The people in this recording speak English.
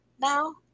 now